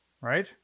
Right